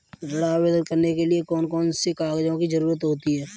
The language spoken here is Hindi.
ऋण आवेदन करने के लिए कौन कौन से कागजों की जरूरत होती है?